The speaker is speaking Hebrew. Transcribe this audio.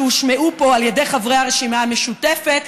שהושמעו פה על ידי חברי הרשימה המשותפת.